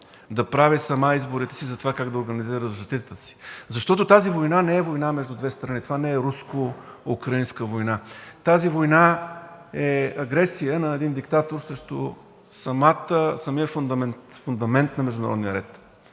да прави сама изборите си за това как да организира защитата си. Защото тази война не е война между две страни. Това не е руско-украинска война – тази война е агресия на един диктатор срещу самия фундамент на международния ред,